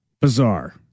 bizarre